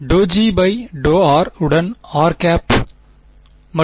∂G∂r உடன் rˆ மற்றும்